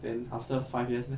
then after five years leh